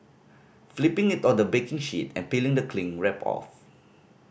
flipping it on the baking sheet and peeling the cling wrap off